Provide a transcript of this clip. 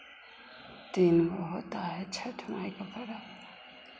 तीन होता है छठ माई का पर्व